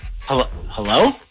Hello